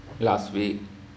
last week